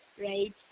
right